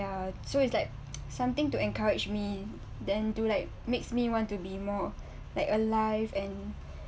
ya so it's like something to encourage me then do like makes me want to be more like alive and